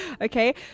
Okay